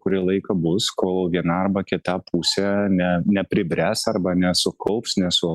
kurį laiką bus kol viena arba kita pusė ne nepribręs arba nesukaups nesu